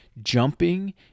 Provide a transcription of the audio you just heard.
jumping